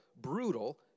brutal